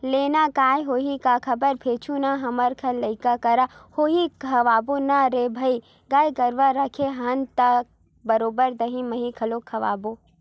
लेना काय होइस गा खबर भेजहूँ ना हमर घर लइका करा का होही खवाबो ना रे भई गाय गरुवा रखे हवन त बरोबर दहीं मही घलोक खवाबो